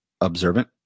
observant